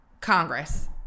Congress